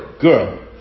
girl